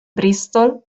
bristol